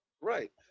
Right